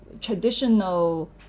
traditional